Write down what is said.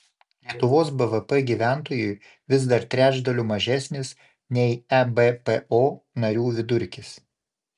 lietuvos bvp gyventojui vis dar trečdaliu mažesnis nei ebpo narių vidurkis